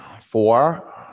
four